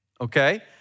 okay